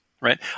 right